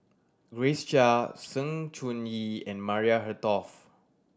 Grace Chia Sng Choon Yee and Maria Hertogh